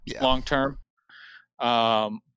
long-term